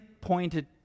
pointed